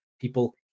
People